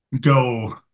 go